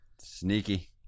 Sneaky